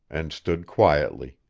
and stood quietly.